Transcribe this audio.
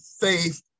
faith